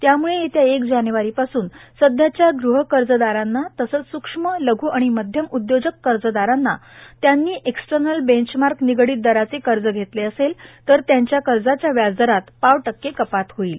त्यामुळे येत्या एक जानेवारीपासून सध्याच्या गृहकर्जदारांना तसंच सूक्ष्म लघ् आणि मध्यम उद्योजक कर्जदारांना त्यांनी एक्स्टर्नल बेंचमार्क निगडीत दराचे कर्ज घेतले असले तर त्यांच्या कर्जाच्या व्याजदरात पाव टक्के कपात होईल